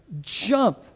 jump